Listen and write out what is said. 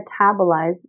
metabolize